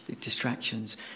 distractions